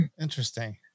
Interesting